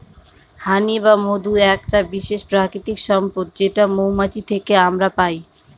হানি বা মধু একটা বিশেষ প্রাকৃতিক সম্পদ যেটা মৌমাছি থেকে আমরা পাই